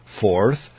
Fourth